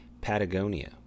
Patagonia